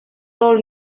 all